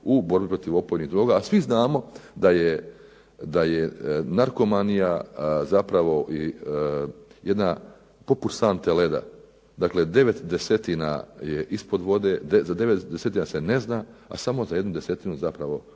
u borbi protiv opojnih droga, a svi znamo da je narkomanija jedna poput sante leda. Dakle, devet desetina je ispod vode, za devet desetina se ne zna, a samo za jednu desetinu zapravo znamo